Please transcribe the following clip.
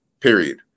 period